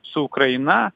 su ukraina